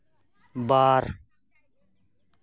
ᱵᱟᱨ